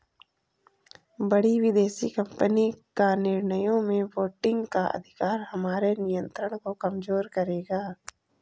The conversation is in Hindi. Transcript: बड़ी विदेशी कंपनी का निर्णयों में वोटिंग का अधिकार हमारे नियंत्रण को कमजोर करेगा